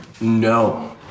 No